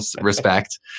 respect